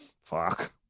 fuck